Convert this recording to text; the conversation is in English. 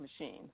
Machine